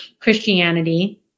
Christianity